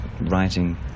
writing